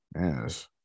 yes